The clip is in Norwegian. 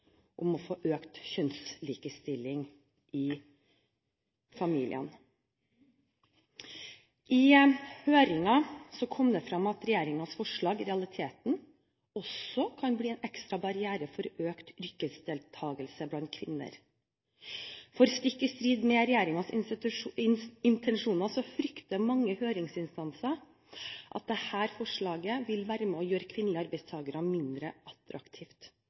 å få økt kjønnslikestilling i familiene. I høringen kom det frem at regjeringens forslag i realiteten også kan bli en ekstra barriere for økt yrkesdeltagelse blant kvinner. Stikk i strid med regjeringens intensjoner frykter mange høringsinstanser at dette forslaget vil være med og gjøre kvinnelige arbeidstakere mindre